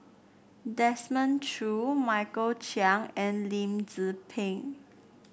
Desmond Choo Michael Chiang and Lim Tze Peng